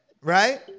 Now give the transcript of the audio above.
Right